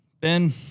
Ben